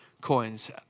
coins